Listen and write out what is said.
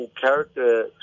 character